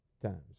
times